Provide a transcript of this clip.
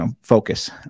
focus